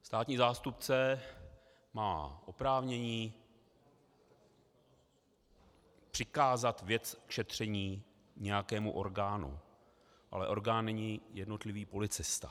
Státní zástupce má oprávnění přikázat věc k šetření nějakému orgánu, ale orgán není jednotlivý policista.